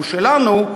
הוא שלנו,